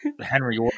Henry